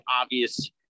obvious